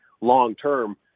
long-term